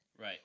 Right